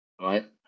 right